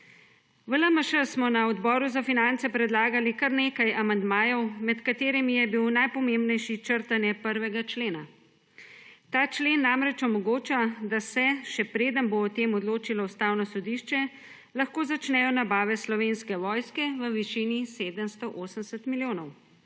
V LMŠ smo na Odboru za finance predlagali kar nekaj amandmajev, med katerimi je bil najpomembnejši črtanje 1. člena. Ta člen namreč omogoča, da se, še preden bo o tem odločilo Ustavno sodišče, lahko začnejo nabave Slovenske vojske v višini 780 milijonov.